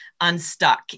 unstuck